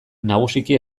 nagusiki